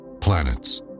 Planets